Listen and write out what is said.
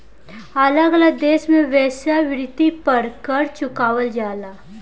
अलग अलग देश में वेश्यावृत्ति पर कर चुकावल जाला